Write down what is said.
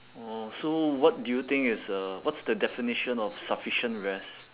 oh so what do you think is uh what's the definition of sufficient rest